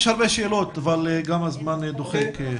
יש הרבה שאלות, אבל הזמן דוחק.